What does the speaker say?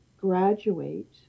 graduate